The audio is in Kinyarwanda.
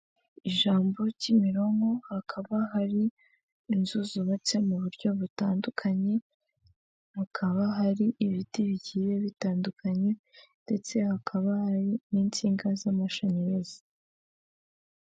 Iyi ni inzu y'ubwishingizi ahangaha uraza bakaguheza ubwishingizi. Ugashinganisha ibikorwa byawe, ugashinganisha amazu yawe, ugashinganisha umuryango wawe n'abana bawe.